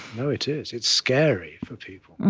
no, it is it's scary for people.